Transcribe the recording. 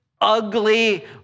ugly